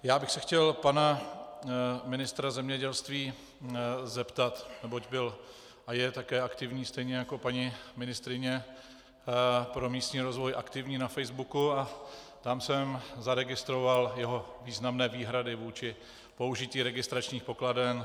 Já bych se chtěl pana ministra zemědělství zeptat, neboť byl a je také aktivní, stejně jako paní ministryně pro místní rozvoj, na Facebooku a tam jsem zaregistroval jeho významné výhrady vůči použití registračních pokladen.